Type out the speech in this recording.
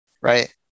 Right